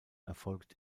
erfolgt